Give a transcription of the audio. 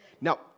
Now